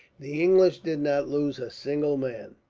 the english did not lose a single man.